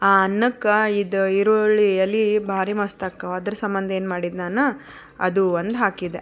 ಆ ಅನ್ನಕ್ಕೆ ಇದು ಈರುಳ್ಳಿ ಎಲ್ಲಿ ಭಾರಿ ಮಸ್ತ್ ಆಕ್ಕಾವ ಅದರ ಸಂಬಂಧ ಏನು ಮಾಡಿದೆ ನಾನು ಅದು ಒಂದು ಹಾಕಿದ್ದೆ